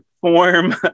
form